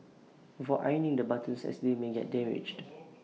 avoid ironing the buttons as they may get damaged